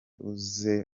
uza